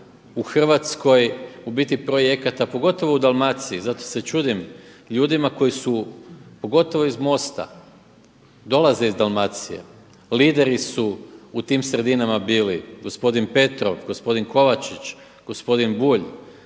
u Hrvatskoj u biti projekata pogotovo u Dalmaciji, zato se čudim ljudima koji su pogotovo iz MOST-a dolaze iz Dalmacije, lideri su u tim sredinama bili gospodin Petrov, gospodin Kovačić, gospodin Bulj.